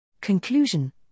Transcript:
Conclusion